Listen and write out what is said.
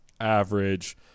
average